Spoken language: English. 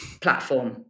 platform